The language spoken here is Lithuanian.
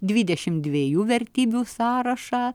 dvidešimt dviejų vertybių sąrašą